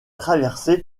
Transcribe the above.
traversé